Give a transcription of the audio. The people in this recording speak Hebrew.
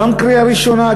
גם קריאה ראשונה,